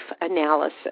analysis